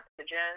Oxygen